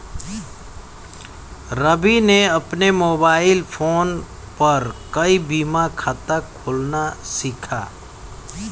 रवि ने अपने mobile phone पर ई बीमा खाता खोलना सीखा